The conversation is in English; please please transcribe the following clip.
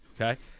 Okay